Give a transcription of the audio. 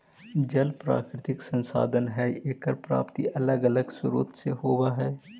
जल प्राकृतिक संसाधन हई एकर प्राप्ति अलग अलग स्रोत से होवऽ हई